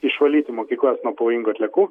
išvalyti mokyklas nuo pavojingų atliekų